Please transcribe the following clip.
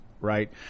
right